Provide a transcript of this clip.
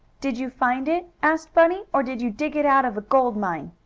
did you find it? asked bunny. or did you dig it out of a gold mine?